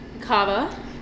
Kava